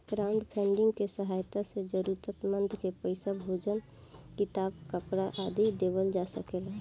crowdfunding के सहायता से जरूरतमंद के पईसा, भोजन किताब, कपरा आदि देवल जा सकेला